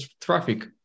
traffic